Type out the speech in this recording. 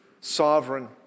sovereign